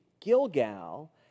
Gilgal